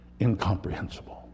incomprehensible